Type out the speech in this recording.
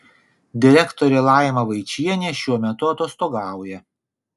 direktorė laima vaičienė šiuo metu atostogauja